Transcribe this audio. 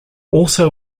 also